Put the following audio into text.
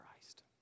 Christ